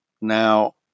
Now